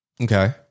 Okay